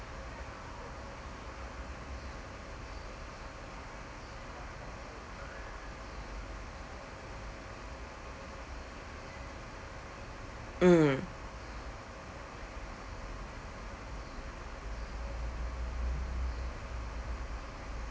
mm